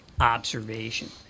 observation